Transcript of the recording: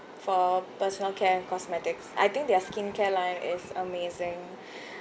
for personal care cosmetics I think their skincare line is amazing